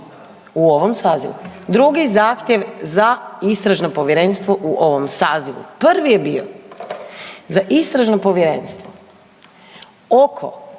u ovom sazivu, drugi zahtjev za istražno povjerenstvo u ovom sazivu. Prvi je bio za istražno povjerenstvo oko